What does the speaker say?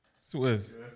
Swiss